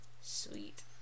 Sweet